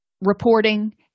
reporting